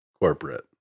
corporate